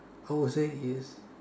I would say is